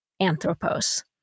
Anthropos